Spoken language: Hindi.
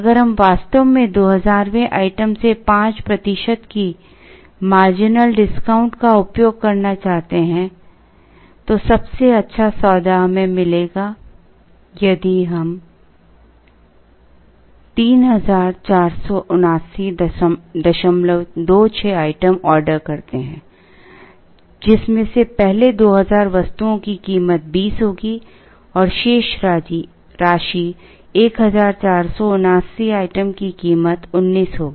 अगर हम वास्तव में 2000 वें आइटम से 5 प्रतिशत की मार्जिनल डिस्काउंट का उपयोग करना चाहते हैं तो सबसे अच्छा सौदा हमें मिलेगा यदि हम 347926 आइटम ऑर्डर करते हैं जिसमें से पहले 2000 वस्तुओं की कीमत 20 होगी और शेष राशि 1479 आइटम की कीमत 19 होगी